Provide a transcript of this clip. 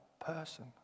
person